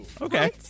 Okay